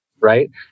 Right